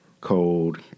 cold